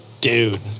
Dude